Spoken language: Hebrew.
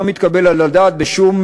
לא מתקבל על הדעת בשום